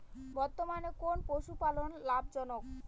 বর্তমানে কোন পশুপালন লাভজনক?